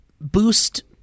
boost